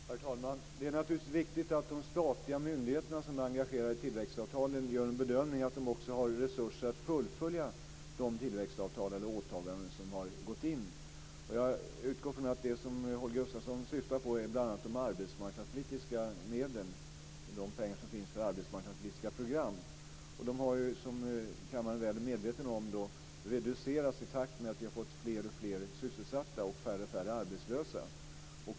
Herr talman! Det är naturligtvis viktigt att de statliga myndigheterna som är engagerade i tillväxtavtalen gör en bedömning ifall de också har resurser att fullfölja de åtaganden som de har gått in i. Jag utgår från att det som Holger Gustafsson syftar på bl.a. är de medel som finns för arbetsmarknadspolitiska program. De har ju som kammaren är väl medveten om reducerats i takt med att vi har fått alltfler sysselsatta och allt färre arbetslösa.